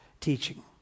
teaching